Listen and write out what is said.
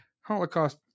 Holocaust